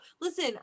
listen